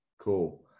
cool